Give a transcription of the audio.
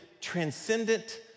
transcendent